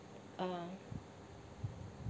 uh